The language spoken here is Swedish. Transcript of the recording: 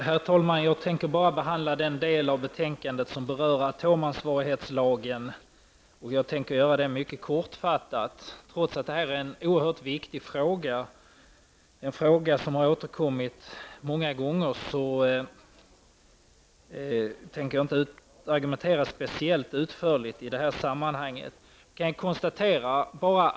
Herr talman! Jag tänker endast beröra den del av betänkandet som berör atomansvarighetslagen och göra det mycket kortfattat trots att det är en oerhört viktig fråga. Eftersom frågan har debatterats många gånger kommer jag i detta sammanhang inte att argumentera speciellt utförligt.